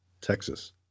Texas